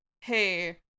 hey